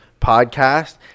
podcast